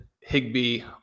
Higby